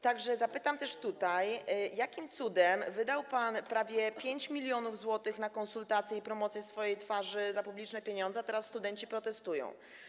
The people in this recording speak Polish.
Tak że zapytam też tutaj, jakim cudem wydał pan prawie 5 mln zł na konsultacje i promocję swojej twarzy za publiczne pieniądze, a teraz studenci protestują.